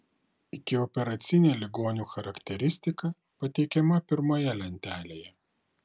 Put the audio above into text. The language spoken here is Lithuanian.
ikioperacinė ligonių charakteristika pateikiama pirmoje lentelėje